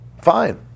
fine